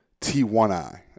T1i